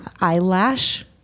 eyelash